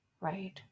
right